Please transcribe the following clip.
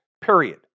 period